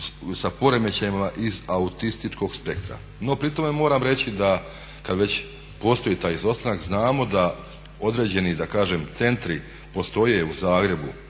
sa poremećajima iz autističnog spektra. No, pri tome moram reći da kad već postoji taj izostanak znamo da određeni da kažem centri postoje u Zagrebu,